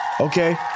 Okay